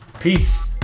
peace